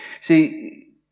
See